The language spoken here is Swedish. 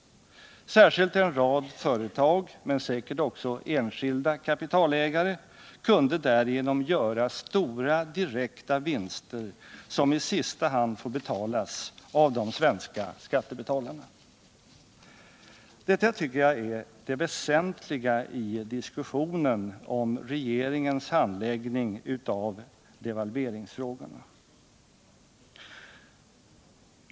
Särskilt en rad företag men säkerligen också enskilda kapitalägare kunde därigenom göra stora direkta vinster, som i sista hand får bekostas av de svenska skattebetalarna. Detta tycker jag är det väsentliga i diskussionen om regeringens handläggning av devalveringsfrågorna.